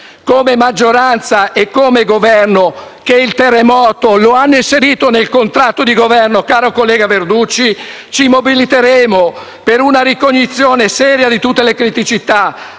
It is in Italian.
Come maggioranza e come Governo che il terremoto lo hanno inserito nel contratto di Governo, caro collega Verducci, ci mobiliteremo per una ricognizione seria di tutte le criticità,